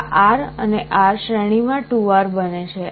આ R અને R શ્રેણીમાં 2R બને છે